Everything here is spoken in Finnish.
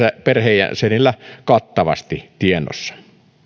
perheenjäsenillään kattavasti tiedossa